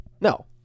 no